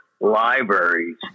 libraries